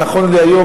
נכון להיום,